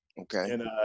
Okay